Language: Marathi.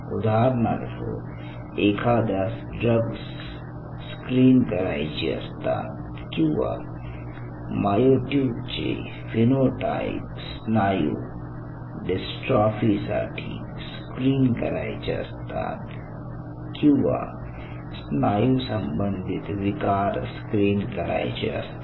उदाहरणार्थ एखाद्यास ड्रग्स स्क्रीन करायची असतात किंवा मायोट्यूबचे फिनोटाइप स्नायू डिस्ट्रॉफीसाठी स्क्रीन करायचे असतात किंवा स्नायूसंबंधित विकार स्क्रीन करायचे असतात